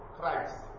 Christ